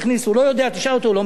לא יודע, תשאל אותו, הוא לא מבין בזה.